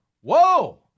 whoa